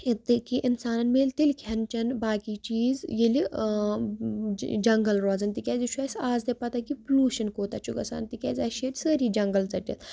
یہِ تہٕ کہِ اِنسانَس میلہِ تیٚلہِ کھٮ۪ن چٮ۪ن باقٕے چیٖز ییٚلہِ جنٛگَل روزان تِکیٛازِ یہِ چھُ اَسہِ اَز تہِ پَتہٕ کہِ پلوٗشَن کوٗتاہ چھُ گژھان تِکیٛازِ اَسہِ چھِ ییٚتہِ سٲری جنٛگَل ژٔٹِتھ